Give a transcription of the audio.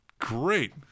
great